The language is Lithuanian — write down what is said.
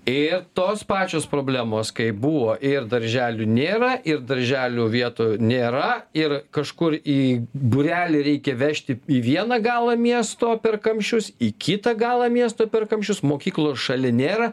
ir tos pačios problemos kai buvo ir darželių nėra ir darželių vietų nėra ir kažkur į būrelį reikia vežti į vieną galą miesto per kamščius į kitą galą miesto per kamščius mokyklos šalia nėra